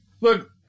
Look